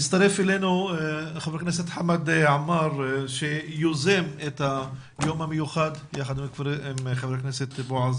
הצטרף אלינו ח"כ חמד עמאר שיוזם את היום המיוחד יחד עם ח"כ בועז